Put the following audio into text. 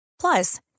Plus